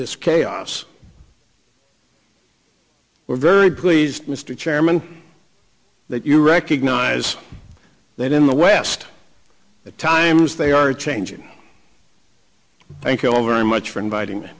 this chaos we're very pleased mr chairman that you recognize that in the west the times they are changing thank you all very much for inviting